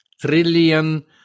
trillion